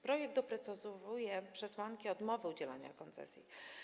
Projekt doprecyzowuje przesłanki odmowy udzielania koncesji.